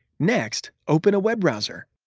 next, open a web browser.